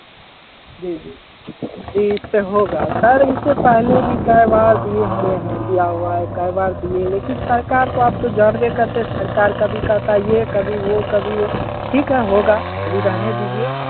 जी जी जी इससे होगा सर इससे पहले भी कै बार दिए हुए हैं दिया हुआ है कै बार दिए लेकिन सरकार तो आप तो जानबे करते हैं सरकार कभी कहता है ये कभी वो कभी वो ठीक है होगा अभी रहने दीजिए